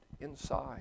inside